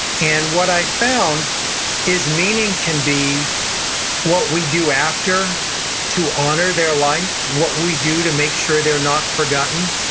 and what i found is meaning can be what we do after to honor their life, what we do to make sure they're not forgotten.